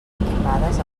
equipades